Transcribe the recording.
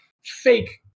fake